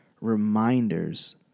reminders